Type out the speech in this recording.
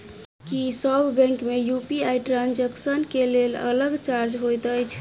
की सब बैंक मे UPI transaction केँ लेल अलग चार्ज होइत अछि?